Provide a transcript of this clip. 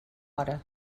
hora